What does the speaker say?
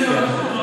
הכנסת,